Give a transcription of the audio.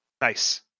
Nice